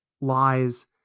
lies